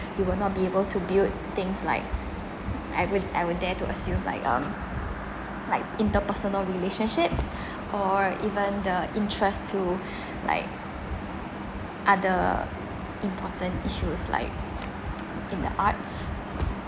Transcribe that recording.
you will not be able to build things like I would I would dare to assume like um like interpersonal relationships or even the interest to like other important issues like in the arts